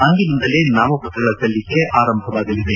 ಅಂದಿನಿಂದಲೇ ನಾಮಪತ್ರಗಳ ಸಲ್ಲಿಕೆ ಆರಂಭವಾಗಲಿದೆ